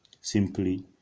simply